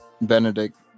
Benedict